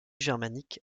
germaniques